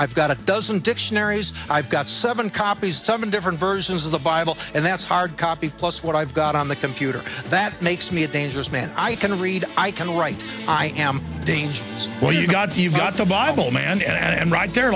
i've got a dozen dictionaries i've got seven copies seven different versions of the bible and that's hard copy plus what i've got on the computer that makes me a dangerous man i can read i can write i am danged well you got to you got the bible man and i'm right there